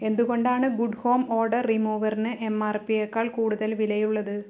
എന്തുകൊണ്ടാണ് good home odour റിമൂവറിന് M R പിയേക്കാൾ കൂടുതൽ വിലയുള്ളത്